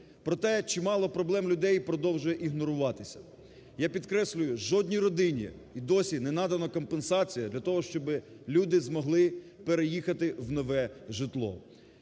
Проте чимало проблем людей продовжує ігноруватися, я підкреслюю, жодній родині й досі не надана компенсація для того, щоб люди змогли переїхати в нове житло.